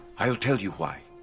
i'll tell you why.